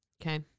Okay